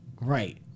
Right